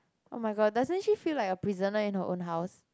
oh-my-god doesn't she feel like a prisoner in her own house